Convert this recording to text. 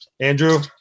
Andrew